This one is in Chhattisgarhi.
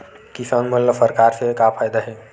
किसान मन ला सरकार से का फ़ायदा हे?